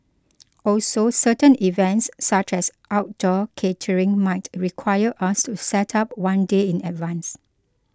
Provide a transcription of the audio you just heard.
also certain events such as outdoor catering might require us to set up one day in advance